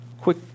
Quick